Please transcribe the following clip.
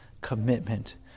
commitment